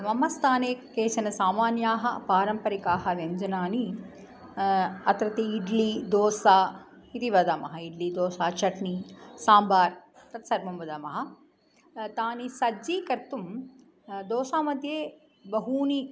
मम स्थाने केचन सामान्याः पारम्परिकाः व्यञ्जनानि अत्रत्य इड्लि दोसा इति वदामः इड्लि दोसा चट्नी साम्बार् तत् सर्वं वदामः तानि सज्जीकर्तुं दोशामध्ये बहूनि